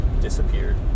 disappeared